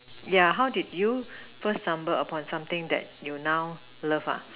yeah how did you first stumble upon something that you now love